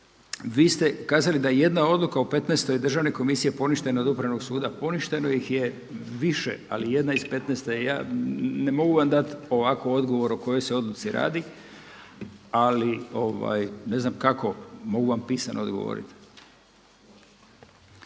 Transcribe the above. Vi ste kazali da je jedna odluka u petnaestoj Državne komisije poništena od Upravnog suda. Poništeno ih je više, ali jedna iz petnaeste. Ja, ne mogu vam dati ovako odgovor o kojoj se odluci radi, ali ne znam kako, mogu vam pisano odgovoriti.